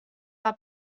war